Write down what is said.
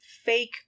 fake